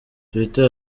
twitter